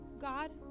God